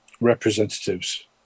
representatives